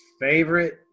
favorite